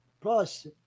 plus